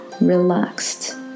relaxed